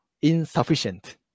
insufficient